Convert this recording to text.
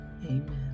Amen